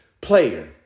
player